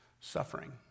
suffering